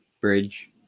bridge